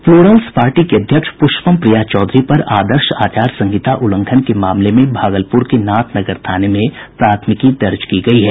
Plurals party की अध्यक्ष प्रष्पम प्रिया चौधरी पर आदर्श आचार संहिता उल्लंघन के मामले में भागलपूर के नाथनगर थाने में प्राथमिकी दर्ज की गयी है